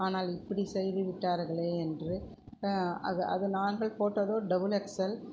ஆனால் இப்படி செய்து விட்டார்களே என்று அது நாங்கள் போட்டதோ டபுள் எக்ஸல்